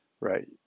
right